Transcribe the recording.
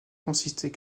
consistait